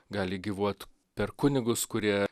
gali gyvuot per kunigus kurie